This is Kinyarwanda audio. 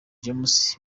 james